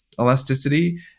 elasticity